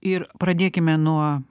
ir pradėkime nuo